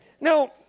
Now